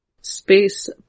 space